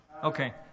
Okay